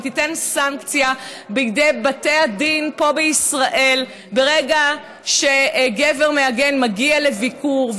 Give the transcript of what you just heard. וייתן סנקציה בידי בתי הדין פה בישראל ברגע שגבר מעגן מגיע לביקור,